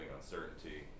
uncertainty